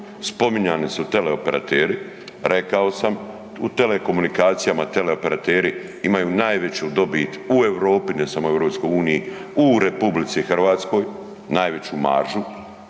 spominjani su teleoperateri, rekao sam u telekomunikacijama, teleoperateri imaju najveću dobit u Europi, ne samo u EU, u RH, najveću maržu,